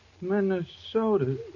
Minnesota